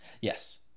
Yes